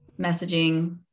messaging